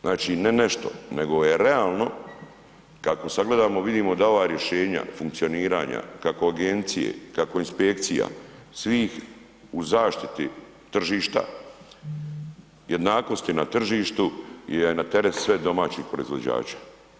Znači ne nešto, nego je realno kako sad gledamo vidimo da ova rješenja funkcioniranja kako agencije, kako inspekcija, svih u zaštiti tržišta, jednakosti na tržištu je na teret sve domaćih proizvođača.